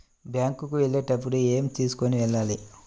Bank కు వెళ్ళేటప్పుడు ఏమి తీసుకొని వెళ్ళాలి?